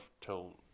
till